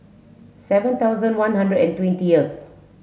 seven thousand one hundred and twentieth